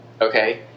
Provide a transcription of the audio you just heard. Okay